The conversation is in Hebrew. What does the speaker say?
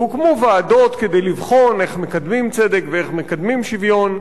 והוקמו ועדות כדי לבחון איך מקדמים צדק ואיך מקדמים שוויון.